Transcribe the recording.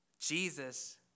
Jesus